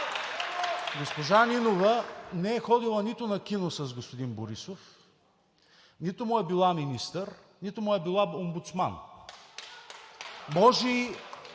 Госпожа Нинова не е ходила нито на кино с господин Борисов, нито му е била министър, нито му е била омбудсман. (Частични